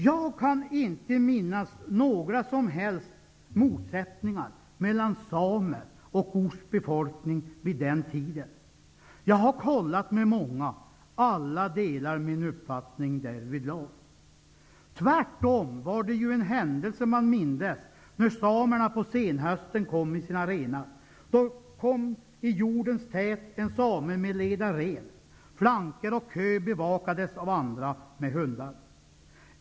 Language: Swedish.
Jag kan inte minnas några som helst motsättningar mellan samer och ortsbefolkning vid den tiden. Jag har hört med många; alla delar min uppfattning därvidlag. Tvärtom var det ju en händelse man mindes när samerna på senhösten kom med sina renar. Då kom i hjordens tät en same med ledaren, medan flanker och kö bevakades av andra med hundar.